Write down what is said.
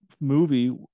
movie